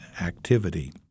activity